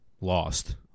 lost